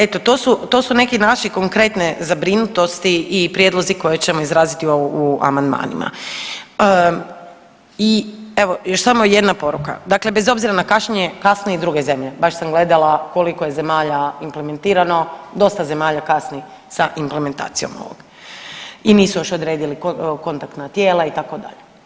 Eto to su, to su neki naši konkretne zabrinutosti i prijedlozi koje ćemo izraziti u amandmanima i evo još samo jedna poruka, dakle bez obzira na kašnjenje kasne i druge zemlje, baš sam gledala koliko je zemalja implementirano, dosta zemalja kasni sa implementacijom ovog i nisu još odredili kontaktna tijela itd.